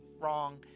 wrong